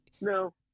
No